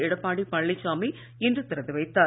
எடப்பாடி பழனிச்சாமி இன்று திறந்து வைத்தார்